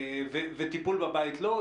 וטיפול בבית לא.